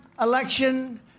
election